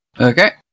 Okay